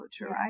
right